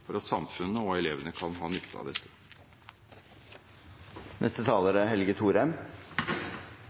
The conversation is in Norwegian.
for at samfunnet og elevene kan ha nytte av dette.